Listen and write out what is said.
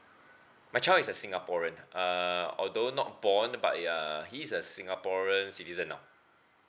my child is a singaporean uh although not born but uh he's a singaporean citizen now